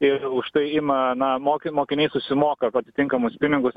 ir už tai ima na moki mokiniai susimoka atitinkamus pinigus